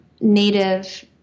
native